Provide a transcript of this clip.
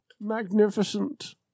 Magnificent